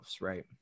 right